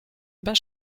ben